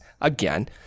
again